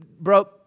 bro